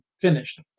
finished